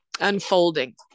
unfolding